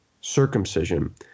circumcision